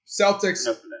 Celtics